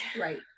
Right